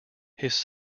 his